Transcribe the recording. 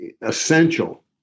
essential